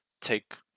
take